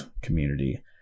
community